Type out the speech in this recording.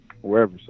wherever